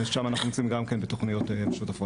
ושם אנחנו נמצאים גם כן בתוכניות משותפות.